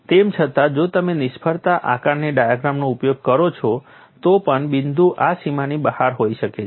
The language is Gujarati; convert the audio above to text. તેમ છતાં જો તમે નિષ્ફળતા આકારણી ડાયાગ્રામનો ઉપયોગ કરો છો તો પણ બિંદુ આ સીમાની બહાર હોઈ શકે છે